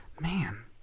man